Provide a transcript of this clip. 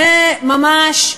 זה ממש,